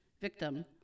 victim